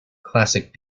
classic